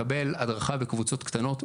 מקבל הדרכה בקבוצות קטנות,